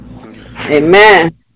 Amen